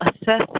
assess